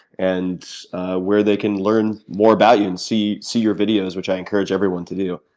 and where they can learn more about you and see see your videos, which i encourage everyone to do?